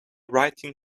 writing